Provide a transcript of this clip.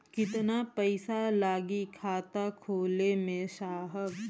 कितना पइसा लागि खाता खोले में साहब?